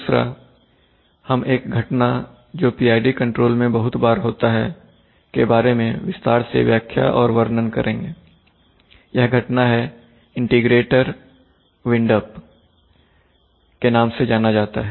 दूसरा हम एक घटनाजो PID कंट्रोल में बहुत बार होता हैके बारे में विस्तार से व्याख्या और वर्णन करेंगे यह घटना को इंटीग्रेटर विंड अप के नाम से भी जाना जाता है